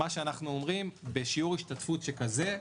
מה שאנחנו אומרים הוא שבשיעור השתתפות שכזה,